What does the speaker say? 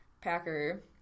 packer